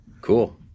Cool